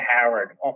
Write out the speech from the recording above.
Howard